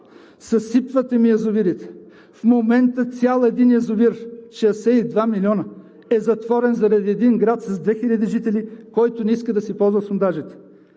Съсипвате ми язовирите! В момента цял един язовир – 62 милиона, е затворен заради един град с 2000 жители, който не иска да си ползва сондажите.